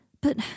But